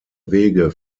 wege